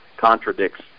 contradicts